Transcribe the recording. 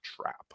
trap